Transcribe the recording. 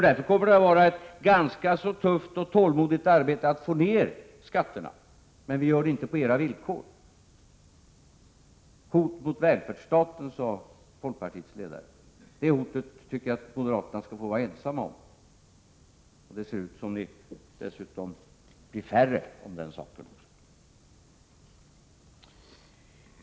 Därför kommer det att vara ett ganska tufft och tålmodigt arbete att få ner skatterna. Vi gör det inte på era villkor. Hot mot välfärdsstaten, sade folkpartiets ledare. Det hotet tycker jag att moderaterna skall få vara ensamma om. Det ser ut som om ni dessutom blir färre om den saken.